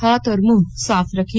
हाथ और मुंह साफ रखें